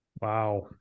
Wow